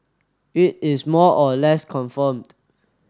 it is more or less confirmed